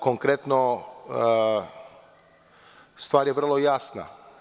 Konkretno, stvar je vrlo jasna.